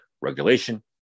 regulation